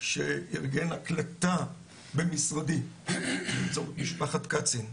שארגן הקלטה במשרדי, לצורך משפחת קצין.